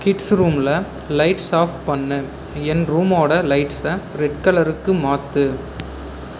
kids ரூமில் lights off பண்ணு என் ரூமோட லைட்ஸை ரெட் கலருக்கு மாற்று